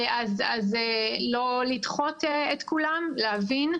לא לדחות את כולם, להבין.